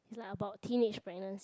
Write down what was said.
is like about teenage pregnancy